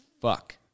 fuck